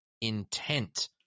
intent